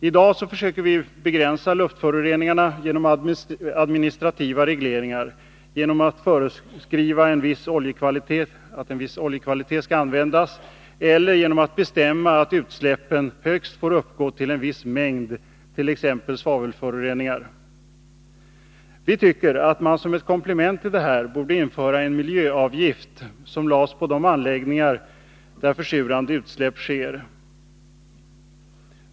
I dag försöker man begränsa luftföroreningarna genom administrativa regleringar, genom att föreskriva att viss oljekvalitet skall användas eller genom att bestämma att utsläppen högst får uppgå till en viss mängd av t.ex. svavelföroreningar. Vi tycker att man som ett komplement till detta borde införa en miljöavgift, som lades på de anläggningar där försurande utsläpp sker.